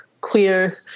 queer